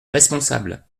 responsable